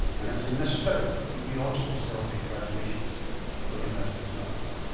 and it is in this spirit, that we also celebrate graduations at the university of strathclyde.